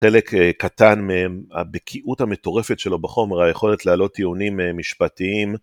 חלק קטן מהבקיאות המטורפת שלו בחומר, היכולת להעלות טיעונים משפטיים.